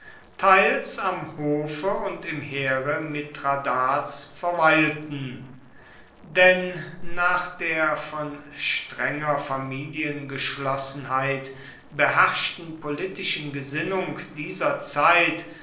teils am hofe und im heere mithradats verweilten denn nach der von strenger familiengeschlossenheit beherrschten politischen gesinnung dieser zeit